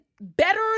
better